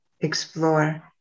explore